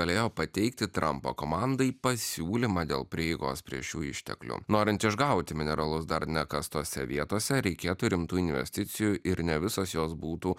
galėjo pateikti trampo komandai pasiūlymą dėl prieigos prie šių išteklių norint išgauti mineralus dar nekastose vietose reikėtų rimtų investicijų ir ne visos jos būtų